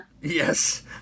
Yes